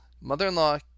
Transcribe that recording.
Mother-in-law